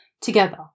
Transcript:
together